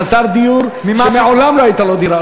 חסר דיור שמעולם לא הייתה לו דירה,